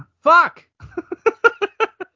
fuck